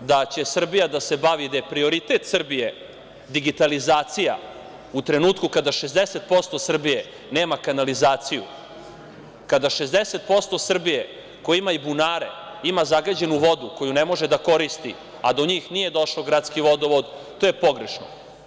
da će Srbija da se bavi, da je prioritet Srbije digitalizacija u trenutku kada 60% Srbije nema kanalizaciju, kada 60% Srbije koji ima i bunare, ima zagađenu vodu koju ne može da koristi, a do njih nije došao gradski vodovod, to je pogrešno.